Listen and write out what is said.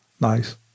nice